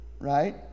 right